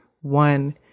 one